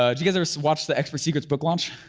ah you guys ever watch the experts secrets book launch?